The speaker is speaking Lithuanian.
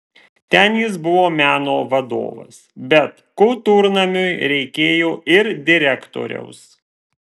ten jis buvo meno vadovas bet kultūrnamiui reikėjo ir direktoriaus